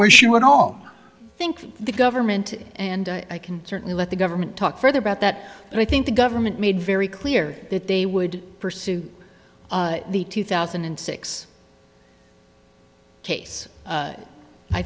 where she would all think the government and i can certainly let the government talk further about that but i think the government made very clear that they would pursue the two thousand and six case